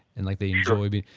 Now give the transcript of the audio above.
and like they enjoy being,